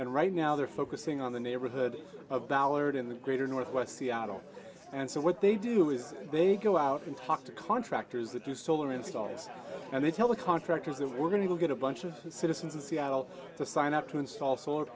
and right now they're focusing on the neighborhood of ballard in the greater northwest seattle and so what they do is they go out and talk to contractors that do solar installs and they tell the contractors that we're going to go get a bunch of citizens in seattle to sign up to install solar